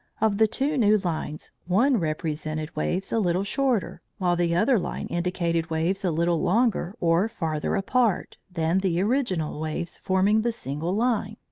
of the two new lines, one represented waves a little shorter, while the other line indicated waves a little longer or farther apart, than the original waves forming the single line.